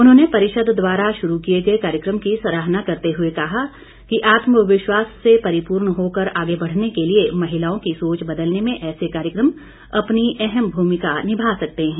उन्होंने परिषद द्वारा शुरू किए गए कार्यक्रम की सराहना करते हुए कहा कि आत्मविश्वास से परिपूर्ण होकर आगे बढ़ने के लिए महिलाओं की सोच बदलने में ऐसे कार्यक्रम अपनी अहम भूमिका निभा सकते हैं